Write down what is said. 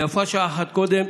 יפה שעה אחת קודם.